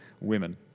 women